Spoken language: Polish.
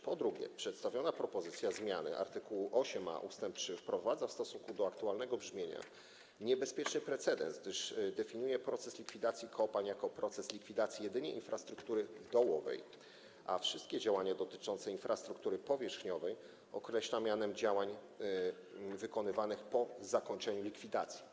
Po drugie, przedstawiona propozycja zmiany art. 8a ust. 3 wprowadza w stosunku do aktualnego brzmienia niebezpieczny precedens, gdyż definiuje proces likwidacji kopalń jako proces likwidacji jedynie infrastruktury dołowej, a wszystkie działania dotyczące infrastruktury powierzchniowej określa mianem działań wykonywanych po zakończeniu likwidacji.